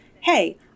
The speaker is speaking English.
hey